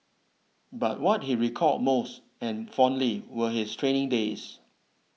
but what he recalled most and fondly were his training days